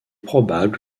probable